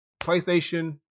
playstation